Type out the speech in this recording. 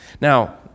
Now